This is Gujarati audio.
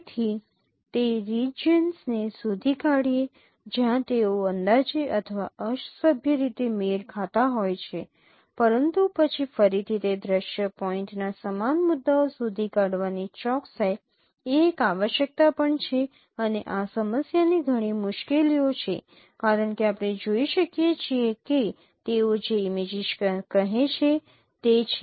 તેથી તે રિજિયન્સને શોધી કાઢીએ જ્યાં તેઓ અંદાજે અથવા અસભ્ય રીતે મેળ ખાતા હોય છે પરંતુ પછી ફરીથી તે દ્રશ્ય પોઈન્ટના સમાન મુદ્દાઓ શોધી કાઢવાની ચોકસાઈ જે એક આવશ્યકતા પણ છે અને આ સમસ્યાની ઘણી મુશ્કેલીઓ છે કારણ કે આપણે જોઈ શકીએ છીએ કે તેઓ જે ઇમેજીસ કહે છે તે છે